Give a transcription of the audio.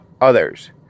others